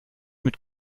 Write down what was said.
mit